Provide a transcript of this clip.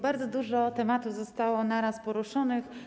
Bardzo dużo tematów zostało naraz poruszonych.